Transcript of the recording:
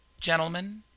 Gentlemen